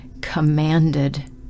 commanded